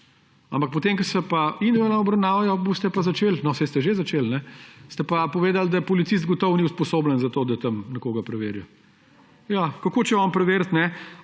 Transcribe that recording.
Ampak potem ko se pa individualno obravnavajo, boste pa začeli, no, saj ste že začeli, ste pa povedali, da policist gotovo ni usposobljen za to, da tam nekoga preverja. Ja, kako če on prevetriti, ali